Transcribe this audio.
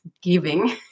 giving